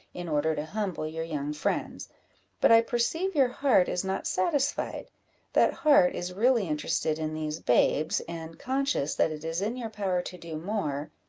in order to humble your young friends but i perceive your heart is not satisfied that heart is really interested in these babes, and, conscious that it is in your power to do more,